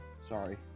Sorry